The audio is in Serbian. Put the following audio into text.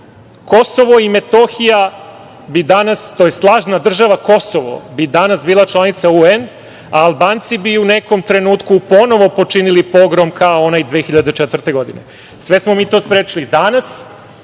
Kosovo i Metohija bi danas, tj. lažna država kosovo, bi danas bila članica UN, a Albanci bi u nekom trenutku ponovo počinili pogrom kao onaj 2004. godine. Sve smo mi to sprečili. Danas